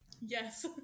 Yes